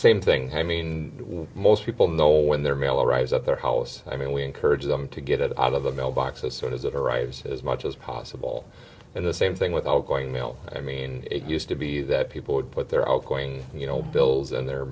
same thing i mean most people know when their mail arrives at their house i mean we encourage them to get it out of the mailbox as sort of that arrives as much as possible and the same thing with outgoing mail i mean it used to be that people would put their outgoing bills in their